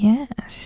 Yes